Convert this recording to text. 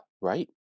Right